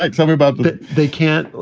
like something about they can't.